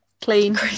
Clean